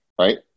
right